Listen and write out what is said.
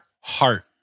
heart